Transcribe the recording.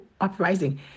uprising